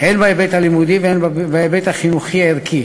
הן בהיבט הלימודי והן בהיבט החינוכי-ערכי,